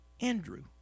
Andrew